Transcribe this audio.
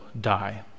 die